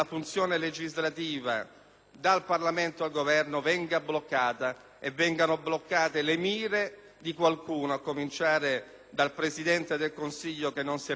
dal Parlamento al Governo venga bloccato e vengano bloccate le mire di qualcuno (a cominciare dal Presidente del Consiglio, che non se ne fa ombra di dichiararlo)